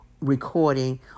recording